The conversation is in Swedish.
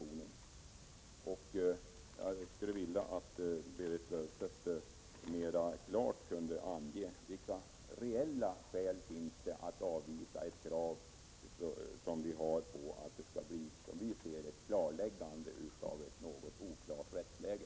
Jag skulle vilja att Berit Löfstedt tydligare angav vilka reella skäl det finns att avvisa vårt krav på ett klarläggande av — som vi ser saken — ett något oklart rättsläge.